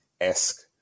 esque